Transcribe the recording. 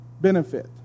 benefit